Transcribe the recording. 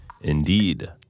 Indeed